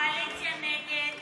ההסתייגות